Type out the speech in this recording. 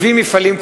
70 מפעלים,